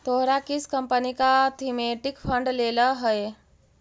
तोहरा किस कंपनी का थीमेटिक फंड लेलह हे